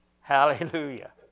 Hallelujah